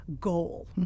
goal